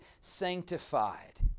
sanctified